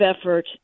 effort